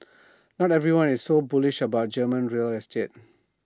not everyone is so bullish about German real estate